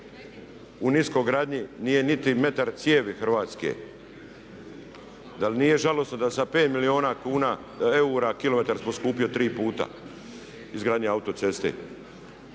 U niskogradnji nije niti metar cijevi hrvatske. Da li nije žalosno da sa 5 milijuna eura kilometar je poskupio 3 puta izgradnje autoceste?